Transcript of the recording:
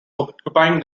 occupying